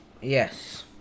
Yes